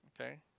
Okay